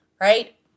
Right